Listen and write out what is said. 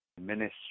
ministry